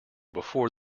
before